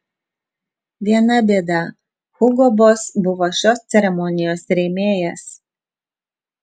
viena bėda hugo boss buvo šios ceremonijos rėmėjas